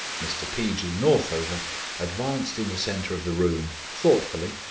mr p. g. northover advanced in the centre of the room, thoughtfully,